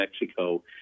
Mexico